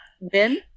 Ben